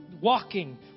walking